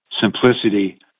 simplicity